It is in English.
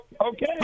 Okay